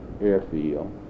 Airfield